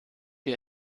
wir